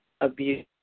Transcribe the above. abuse